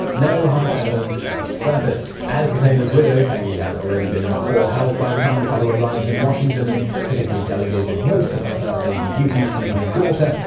no hard evidence ever surfaced. as for taylor's widow, peggy had already been in poor health by the time the couple arrived in washington and typically delegated most of her first lady duties to her daughter,